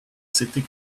city